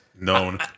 Known